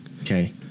okay